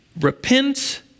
repent